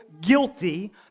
guilty